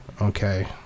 Okay